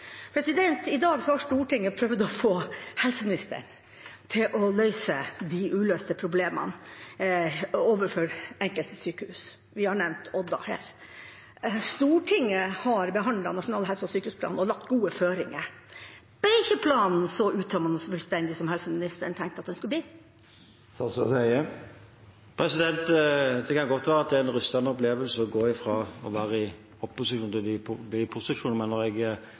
I dag har Stortinget prøvd å få helseministeren til å løse de uløste problemene overfor enkelte sykehus. Vi har nevnt Odda. Stortinget har behandlet Nasjonal helse- og sykehusplan og lagt gode føringer. Ble ikke planen så uttømmende og fullstendig som helseministeren tenkte den skulle bli? Det kan godt være det er en rystende opplevelse å gå fra opposisjon til posisjon, men når jeg ser på Arbeiderpartiet i opposisjon,